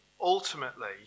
ultimately